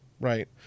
right